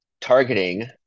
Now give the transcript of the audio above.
targeting